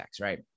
right